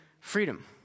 freedom